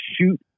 shoot